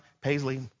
Paisley